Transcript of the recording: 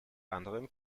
anderen